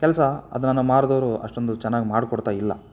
ಕೆಲಸ ಅದನ್ನು ಮಾರಿದವ್ರು ಅಷ್ಟೊಂದು ಚೆನ್ನಾಗಿ ಮಾಡಿಕೊಡ್ತಾಯಿಲ್ಲ